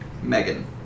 Megan